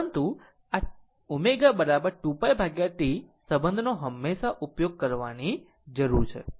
પરંતુ આ ω 2π T સંબંધનો હંમેશાં ઉપયોગ કરવાની જરૂર છે